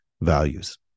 values